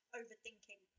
overthinking